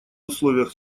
условиях